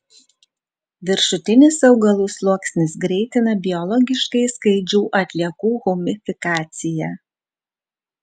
viršutinis augalų sluoksnis greitina biologiškai skaidžių atliekų humifikaciją